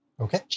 Okay